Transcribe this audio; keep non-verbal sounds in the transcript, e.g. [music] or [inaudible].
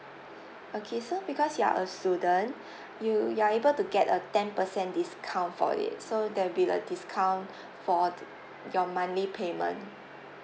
okay so because you are a student you you are able to get a ten percent discount for it so there'll be like discount [breath] for the your monthly payment